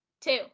two